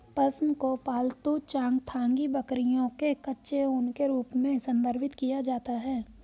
पश्म को पालतू चांगथांगी बकरियों के कच्चे ऊन के रूप में संदर्भित किया जाता है